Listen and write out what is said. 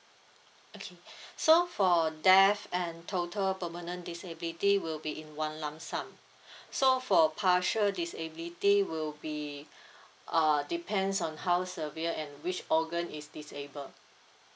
okay so for death and total permanent disability will be in one lump sum so for partial disability will be err depends on how severe and which organ is disabled